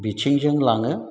बिथिंजों लाङो